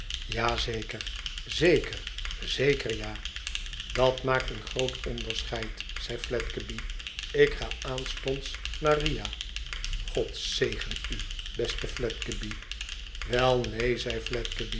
zeker zeker zeker ja idat maakt een groot onderscheid zei fiedgeby ik ga aanstonds naar riah god zegen u beste fiedgeby wel neen zei